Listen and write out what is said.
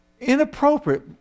Inappropriate